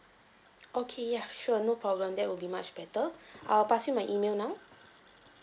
okay ya sure no problem that will be much better I'll pass you my email now